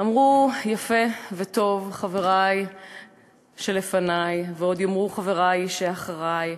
אמרו יפה וטוב חברי שלפני ועוד יאמרו חברי שאחרי,